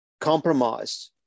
compromised